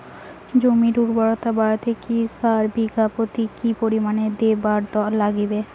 জমির উর্বরতা বাড়াইতে কি সার বিঘা প্রতি কি পরিমাণে দিবার লাগবে?